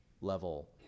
level